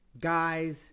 guys